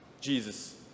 Jesus